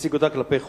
ייצג אותה כלפי חוץ,